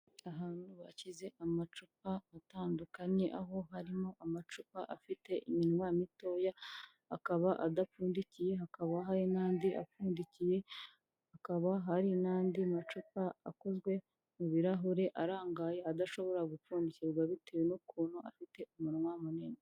Ahantu bashyize amacupa atandukanye aho harimo amacupa afite iminwa mitoya, akaba adapfundikiye hakaba hari n'andi apfundikiye, hakaba hari n'andi macupa akozwe mu birarahure arangaye adashobora gupfundikirwa bitewe n'ukuntu afite umunwa munini.